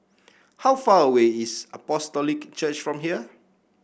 how far away is Apostolic Church from here